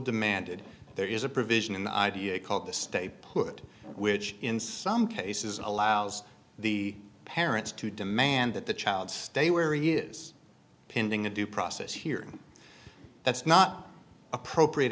demanded there is a provision in the idea called the stay put which in some cases allows the parents to demand that the child stay where he is pending a due process here that's not appropriate